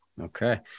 okay